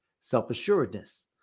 self-assuredness